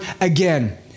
again